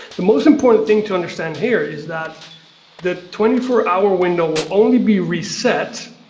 the most important thing to understand here is that the twenty four hour window will only be reset